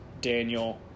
Daniel